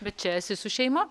bet čia esi su šeima